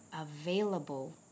available